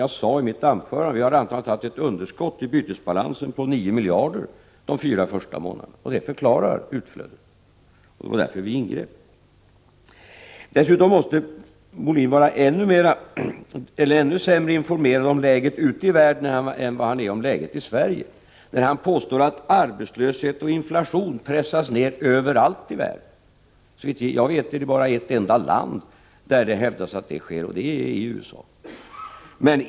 Jag sade i mitt anförande att vi har haft ett underskott i bytesbalansen på 9 miljarder de första månaderna, vilket förklarar utflödet, och det var därför vi ingrep. Dessutom måste Björn Molin vara ännu sämre informerad om läget ute i världen än han är om läget i Sverige, när han påstår att arbetslöshet och inflation pressas ner överallt i världen. Såvitt jag vet är det bara ett enda land där det hävdas att så sker, och det är i USA.